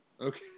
Okay